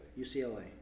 UCLA